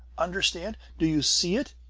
understand? do you see it?